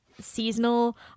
seasonal